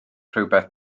rhywbeth